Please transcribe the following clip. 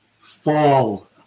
Fall